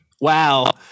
wow